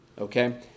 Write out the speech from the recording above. Okay